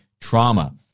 trauma